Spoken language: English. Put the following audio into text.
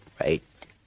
right